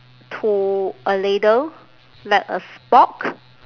to a ladle like a spork